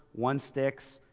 one sticks.